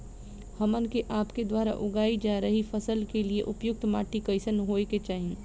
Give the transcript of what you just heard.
हमन के आपके द्वारा उगाई जा रही फसल के लिए उपयुक्त माटी कईसन होय के चाहीं?